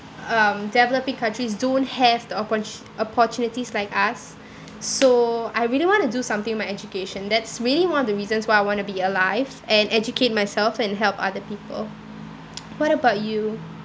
um developing countries don't have the opport~ opportunities like us so I really want to do something with my education that's really one of the reasons why I want to be alive and educate myself and help other people what about you